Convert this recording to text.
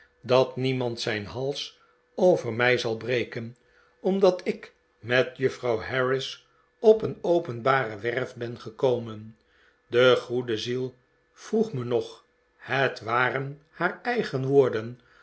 dat niemand zijn hals over mij zal breken omdat ik met juffrouw harris op een openbare werf ben gekomen de goede ziel vroeg me nog het waren haar eigen woorden